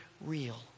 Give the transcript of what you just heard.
real